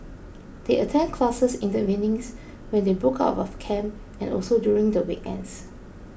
they attend classes in the evenings when they book out of camp and also during the weekends